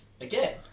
again